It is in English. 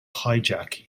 hijack